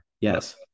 yes